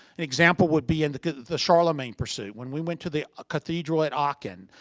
an example would be in the the charlamagne pursuit, when we went to the ah cathedral at aachen,